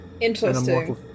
interesting